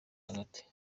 hagati